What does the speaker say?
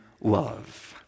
love